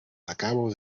acabo